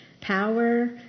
Power